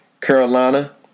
Carolina